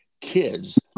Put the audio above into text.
kids